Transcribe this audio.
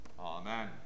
Amen